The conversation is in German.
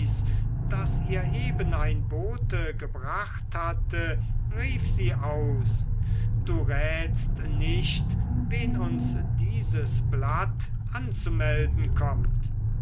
das ihr eben ein bote gebracht hatte rief sie aus du rätst nicht wen uns dieses blatt anzumelden kommt